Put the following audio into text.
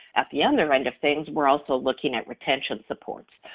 at the other end of things we're also looking at retention supports,